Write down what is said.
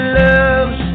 loves